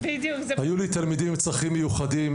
היו לי תלמידים עם צרכים מיוחדים,